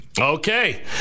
Okay